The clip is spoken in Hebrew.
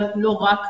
אבל לא רק,